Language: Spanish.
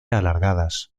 alargadas